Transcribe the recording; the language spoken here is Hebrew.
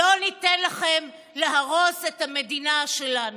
לא ניתן לכם להרוס את המדינה שלנו.